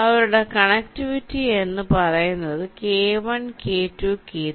അവരുടെ കണക്റ്റിവിറ്റി എന്ന് പറയുന്നത് k1 k2 k3